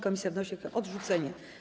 Komisja wnosi o ich odrzucenie.